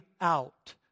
out